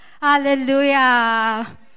Hallelujah